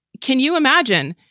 can you imagine?